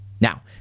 Now